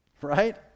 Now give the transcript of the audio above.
right